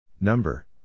number